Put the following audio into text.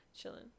chilling